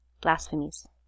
blasphemies